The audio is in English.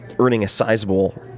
running a sizeable,